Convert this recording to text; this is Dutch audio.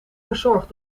verzorgd